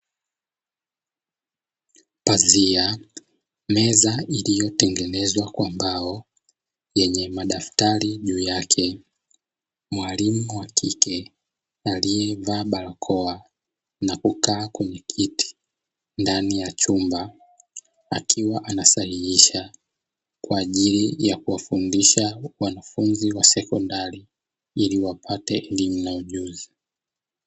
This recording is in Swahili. Pazia, meza iliyotengenezwa kwa mbao yenye madaftari juu yake, mwalimu wa kike aliyevaa barakoa na kukaa kwenye kiti ndani ya chumba, akiwa anasahihisha kwa ajili ya kuwafundisha wanafunzi wa sekondari ili wapate elimu na ujuzi.